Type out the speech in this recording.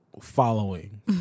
following